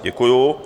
Děkuju.